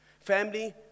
family